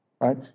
right